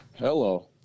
Hello